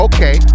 Okay